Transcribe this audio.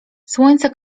słońce